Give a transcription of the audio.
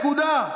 נקודה.